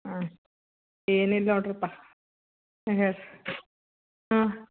ಹಾಂ ಏನಿಲ್ನೋಡಿರಪ್ಪ ಹಾಂ